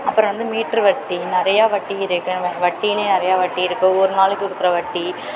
அப்றம் வந்து மீட்டர் வட்டி நிறையா வட்டி இருக்குது வட்டிலேயும் நிறையா இருக்குது ஒரு நாளைக்கு கொடுக்குற வட்டி